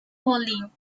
falling